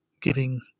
giving